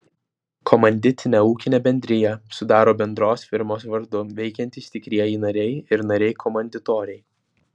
komanditinę ūkinę bendriją sudaro bendros firmos vardu veikiantys tikrieji nariai ir nariai komanditoriai